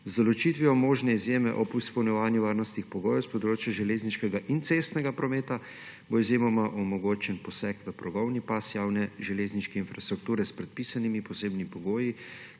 Z določitvijo možne izjeme ob izpolnjevanju varnostnih pogojev s področja železniškega in cestnega prometa bo izjemoma omogočen poseg v progovni pas javne železniške infrastrukture s predpisanimi posebnimi pogoji,